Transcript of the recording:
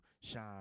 shine